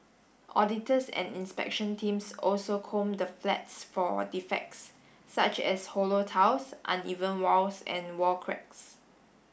auditors and inspection teams also comb the flats for defects such as hollow tiles uneven walls and wall cracks